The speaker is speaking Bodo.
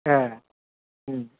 ऐ